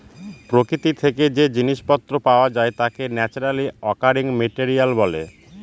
প্রকৃতি থেকে যে জিনিস পত্র পাওয়া যায় তাকে ন্যাচারালি অকারিং মেটেরিয়াল বলে